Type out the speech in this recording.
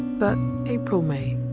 but april may!